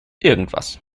irgendwas